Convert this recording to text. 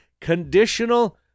Conditional